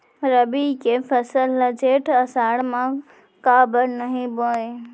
रबि के फसल ल जेठ आषाढ़ म काबर नही बोए?